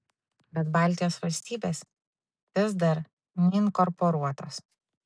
bet baltijos valstybės vis dar neinkorporuotos